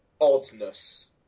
oddness